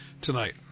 tonight